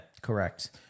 Correct